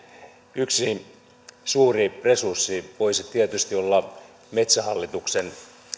yksi suuri resurssi voisi tietysti olla metsähallituksen